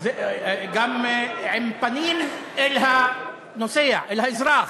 גם עם פנים לנוסע, אל האזרח,